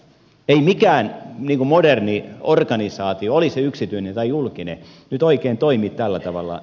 ei mikään moderni organisaatio oli se yksityinen tai julkinen nyt oikein toimi tällä tavalla